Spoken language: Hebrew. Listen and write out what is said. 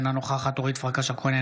אינה נוכחת אורית פרקש הכהן,